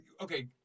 Okay